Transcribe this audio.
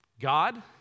God